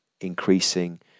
increasing